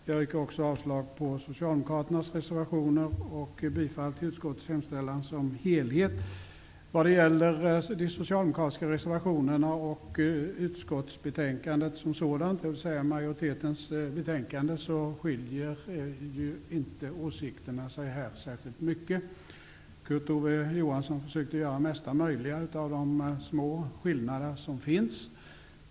Jag yrkar också avslag på När det gäller de socialdemokratiska reservationerna och utskottsbetänkandet som sådant, dvs. majoritetens betänkande, skiljer sig åsikterna inte särskilt mycket. Kurt Ove Johansson försökte göra det mesta möjliga av de små skillnader som finns.